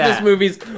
movies